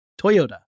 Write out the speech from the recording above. Toyota